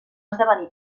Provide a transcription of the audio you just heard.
esdevenir